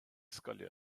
scoile